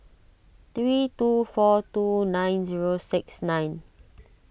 three two four two nine zero six nine